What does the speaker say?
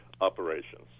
operations